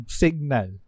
signal